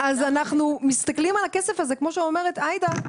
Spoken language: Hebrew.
אז אנחנו מסתכלים על הכסף הזה כמו שאומרת עאידה,